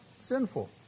sinful